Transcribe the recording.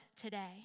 today